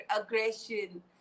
aggression